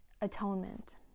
Atonement